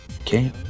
okay